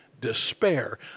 despair